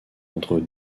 entre